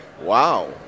Wow